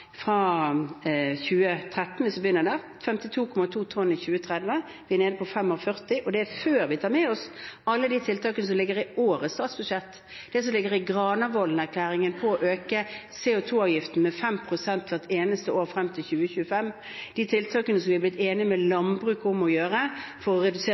og det er før vi tar med oss alle de tiltakene som ligger i årets statsbudsjett, det som ligger i Granavolden-erklæringen om å øke CO 2 -avgiften med 5 pst. hvert eneste år frem til 2025, de tiltakene som vi er blitt enige med landbruket om å sette i verk for å redusere